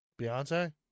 Beyonce